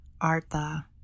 artha